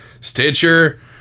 Stitcher